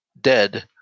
dead